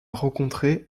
rencontré